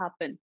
happen